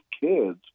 kids